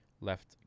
left